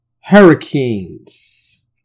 hurricanes